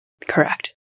Correct